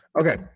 okay